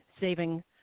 saving